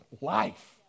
life